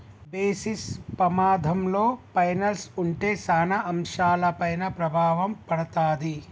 basis పమాధంలో పైనల్స్ ఉంటే సాన అంశాలపైన ప్రభావం పడతాది